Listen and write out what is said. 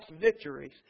victories